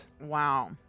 Wow